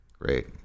Great